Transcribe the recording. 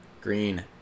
Green